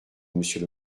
monsieur